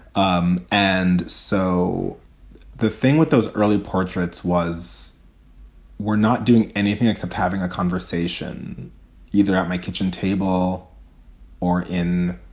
um and so the thing with those early portraits was we're not doing anything except having a conversation either at my kitchen table or in